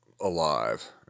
alive